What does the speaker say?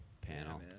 Panel